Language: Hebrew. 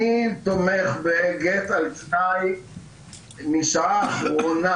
אני תומך ב"גט על תנאי משעה אחרונה"